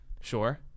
Sure